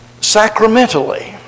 sacramentally